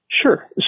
Sure